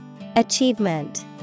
Achievement